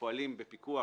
פועלים בפיקוח